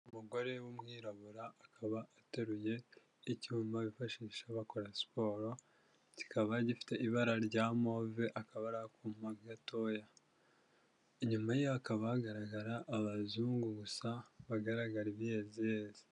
Umugore w'umwirabura akaba ateruye icyuma bifashisha bakora siporo, kikaba gifite ibara rya move, akaba ari gatoya, nyuma hakaba hagaragara abazungu gusa bagaragara ibiyeziyezi.